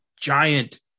giant